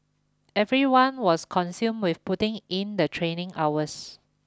everyone was consumed with putting in the training hours